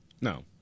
No